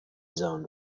zoned